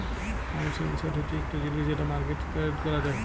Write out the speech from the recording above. মালুসের এসেট হছে ইকট জিলিস যেট মার্কেটে টেরেড ক্যরা যায়